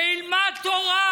שילמד תורה.